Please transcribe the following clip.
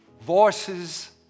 voices